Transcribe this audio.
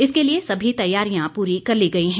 इसके लिए सभी तैयारियां पूरी कर ली गई हैं